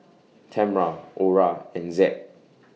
Tamra Orah and Zed